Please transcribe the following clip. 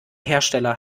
hersteller